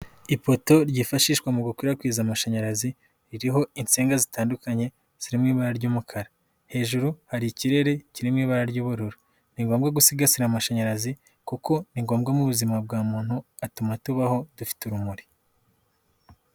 Ipoto ryifashishwa mu gukwirakwiza amashanyarazi, ririho insinga zitandukanye, ziri mu ibara ry'umukara, hejuru hari ikirere kiri mu ibara ry'ubururu, ni ngombwa gusigasira amashanyarazi kuko ni ngombwa mu buzima bwa muntu, atuma tubaho, dufite urumuri.